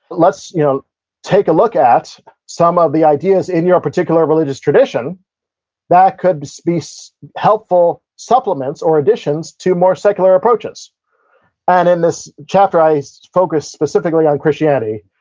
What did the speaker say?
let's you know take a look at some of the ideas in your particular religious tradition that could be helpful supplements, or additions, to more secular approaches and in this chapter, i focus specifically on christianity,